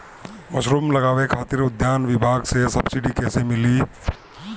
Mushroom लगावे खातिर उद्यान विभाग से सब्सिडी कैसे मिली?